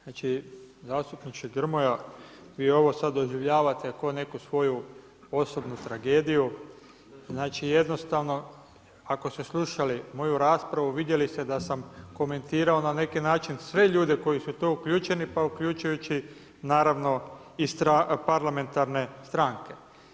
Zastupniče Grmoja, vi ovo sad doživljavate kao neku svoju osobnu tragediju, znači jednostavno ako ste slušali moju raspravu vidjeli ste da sam komentirao na neki način sve ljude koji su u to uključeni pa uključujući naravno i parlamentarne stranke.